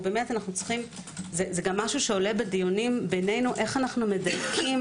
זה גם עולה בדיונים בינינו איך אנו מדייקים